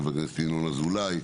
חבר הכנסת ינון אזולאי,